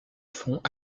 fonds